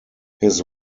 his